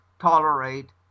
tolerate